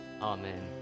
Amen